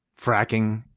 fracking